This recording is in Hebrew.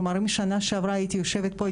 כלומר אם שנה שעברה הייתי יושבת פה,